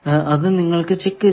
അത് നിങ്ങൾക്കു ചെക്ക് ചെയ്യാം